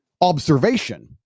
observation